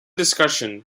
discussion